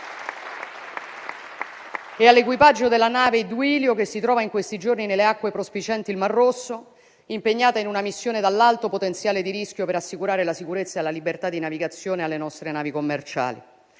e all'equipaggio della nave Duilio, che si trova in questi giorni nelle acque prospicienti il Mar Rosso, impegnata in una missione dall'alto potenziale di rischio per assicurare la sicurezza e la libertà di navigazione alle nostre navi commerciali.